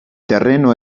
terreno